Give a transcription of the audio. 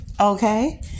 okay